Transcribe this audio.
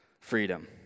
Freedom